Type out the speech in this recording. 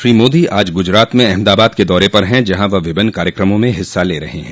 श्री मोदी आज गुजरात में अहमदाबाद के दौरे पर हैं जहां वह विभिन्न कार्यक्रमों में हिस्सा ले रहे हैं